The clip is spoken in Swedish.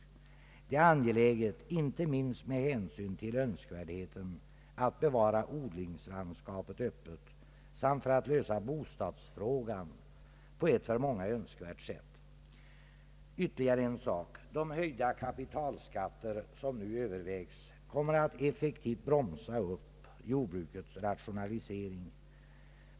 Detta är angeläget inte minst med hänsyn till önskvärdheten av att bevara odlingslandskapet öppet och dessutom lösa bostadsfrågan på ett för många lämpligt sätt. Ytterligare en sak: De höjda kapitalskatter som nu övervägs kommer att effektivt bromsa upp jordbrukets rationalisering.